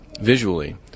visually